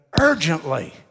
urgently